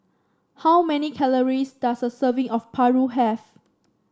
how many calories does a serving of paru have